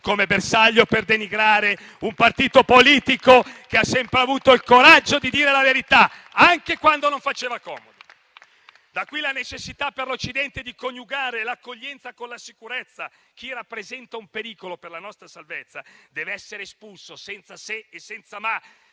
come bersaglio per denigrare un partito politico che ha sempre avuto il coraggio di dire la verità, anche quando non faceva comodo. Da qui la necessità per l'Occidente di coniugare l'accoglienza con la sicurezza. Chi rappresenta un pericolo per la nostra salvezza deve essere espulso, senza se e senza ma;